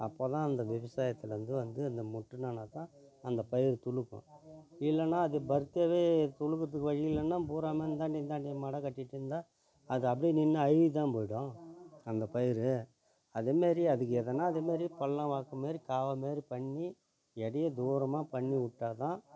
அப்போது தான் அந்த விவசாயத்துலேந்து வந்து அந்த மொட்டுனாலா தான் அந்த பயிரு துளுக்கும் இல்லைனா அது பர்த்தவே துளுர்க்கிறத்துக்கு வழி இல்லைன்னா பூராமே இந்தாண்ட இந்தாண்டையும் மடக் கட்டிட்யிருந்தால் அது அப்படியே நின்று அழுகி தான் போயிடும் அந்த பயிர் அதேமாதிரி அதுக்கு எதன்னா அதேமாதிரி பள்ளம் வாக்குமாரி கால்வாய் மாதிரி பண்ணி இடைய தூரமாக பண்ணி விட்டால் தான்